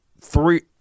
three